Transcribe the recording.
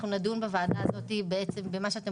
אנחנו נדון בוועדה הזאת בעצם במה שאתם